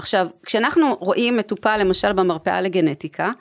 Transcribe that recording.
עכשיו, כשאנחנו רואים מטופל למשל, במרפאה לגנטיקה.